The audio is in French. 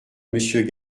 monsieur